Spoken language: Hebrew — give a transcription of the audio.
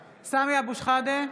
(קוראת בשמות חברי הכנסת) סמי אבו שחאדה,